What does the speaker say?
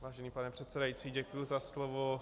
Vážený pane předsedající, děkuji za slovo.